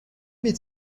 meet